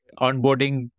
onboarding